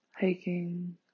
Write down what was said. Hiking